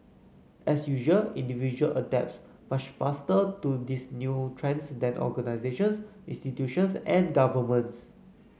as usual individual adapts much faster to these new trends than organisations institutions and governments